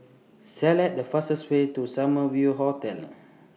Select The fastest Way to Summer View Hotel